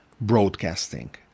broadcasting